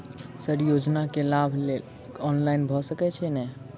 Sir योजना केँ लाभ लेबऽ लेल ऑनलाइन भऽ सकै छै नै?